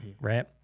right